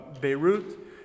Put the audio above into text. Beirut